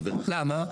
למה?